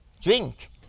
drink